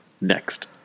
Next